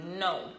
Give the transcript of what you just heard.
no